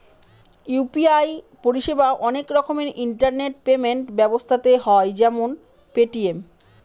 UPI পরিষেবা অনেক রকমের ইন্টারনেট পেমেন্ট ব্যবস্থাতে হয় যেমন পেটিএম